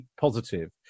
positive